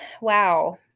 Wow